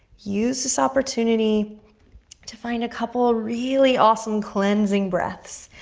use this opportunity to find a couple really awesome cleansing breaths,